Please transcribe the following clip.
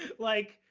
like,